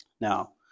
Now